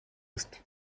ist